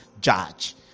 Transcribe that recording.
judge